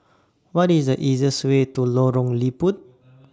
What IS The easiest Way to Lorong Liput